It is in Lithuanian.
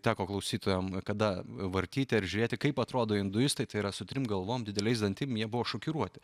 teko klausytojam kada vartyti ar žiūrėti kaip atrodo induistai tai yra su trim galvom dideliais dantim buvo šokiruoti